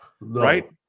Right